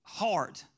heart